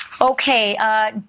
Okay